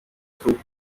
through